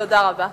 תודה רבה.